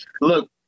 look